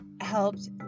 helped